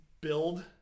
build